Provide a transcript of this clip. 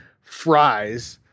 fries